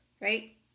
right